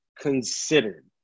considered